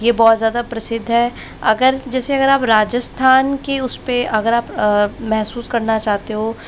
यह बहुत ज़्यादा प्रसिद्ध है अगर जैसे अगर आप राजस्थान की उस पर अगर आप महसूस करना चाहते हो